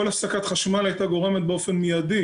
כל הפסקת חשמל הייתה גורמת באופן מיידי